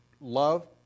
love